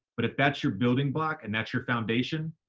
but if that's your building block and that's your foundation,